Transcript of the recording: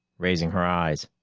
raising her eyes.